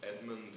Edmund